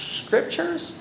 scriptures